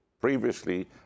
previously